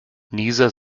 nieser